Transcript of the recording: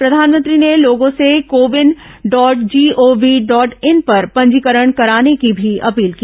प्रधानमंत्री ने लोगों से CoWIN dot gov dot in पर पंजीकरण कराने की भी अपील की